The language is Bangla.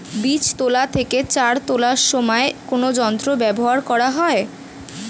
বীজ তোলা থেকে চারা তোলার সময় কোন যন্ত্র ব্যবহার করা হয়?